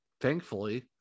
Thankfully